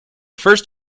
first